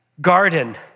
garden